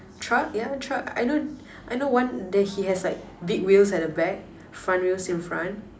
truck yeah truck I know I know one there he has like big wheels at the back front wheels in front